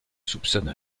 soupçonne